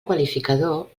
qualificador